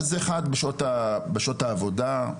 בשעות העבודה.